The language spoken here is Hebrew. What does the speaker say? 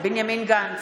בנימין גנץ,